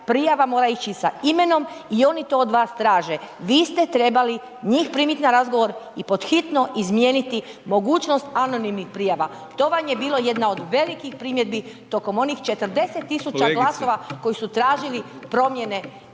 prijava mora ići sa imenom i oni to od vas traže. Vi ste trebali njih primiti na razgovor i pod hitno izmijeniti mogućnost anonimnih prijava. To vam je bila jedna od velikih primjedbi tokom onih 40.000 glasova koji su tražili promjene